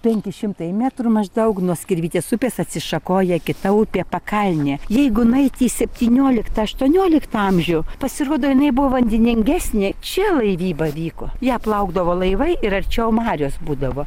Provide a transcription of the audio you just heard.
penki šimtai metrų maždaug nuo skirvytės upės atsišakoja kita upė pakalnė jeigu nueiti į septynioliktą aštuonioliktą amžių pasirodo jinai buvo vandeningesnė čia laivyba vyko ja plaukdavo laivai ir arčiau marios būdavo